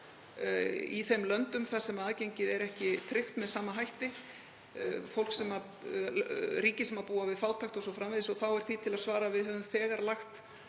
í þeim löndum þar sem aðgengið er ekki tryggt með sama hætti, ríki sem búa við fátækt o.s.frv. Þá er því til að svara að við höfum þegar lagt